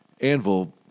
anvil